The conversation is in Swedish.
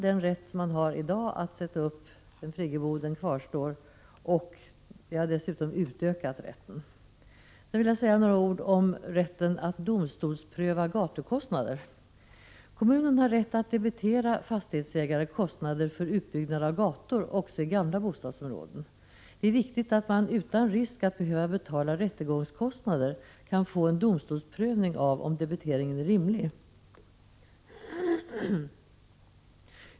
Den rätt man har i dag att sätta upp en friggebod kvarstår alltså, och vi har dessutom utökat den. Jag vill också säga några ord om rätten att domstolspröva gatukostnader. Kommunen har rätt att debitera fastighetsägare kostnader för utbyggnad av gator också i gamla bostadsområden. Det är viktigt att man utan risk att 121 behöva betala rättegångskostnader kan få en domstolsprövning av om debiteringen är rimlig.